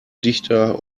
dichter